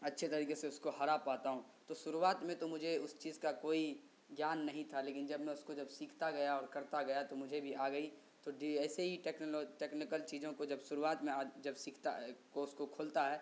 اچھے طریقے سے اس کو ہرا پاتا ہوں تو شروعات میں تو مجھے اس چیز کا کوئی گیان نہیں تھا لیکن جب میں اس کو جب سیکھتا گیا اور کرتا گیا تو مجھے بھی آ گئی تو ڈی ایسے ہی ٹیکنیکل چیزوں کو جب شروعات میں جب سیکھتا ہے کو اس کو کھولتا ہے